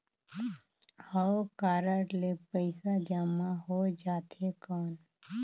हव कारड ले पइसा जमा हो जाथे कौन?